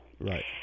Right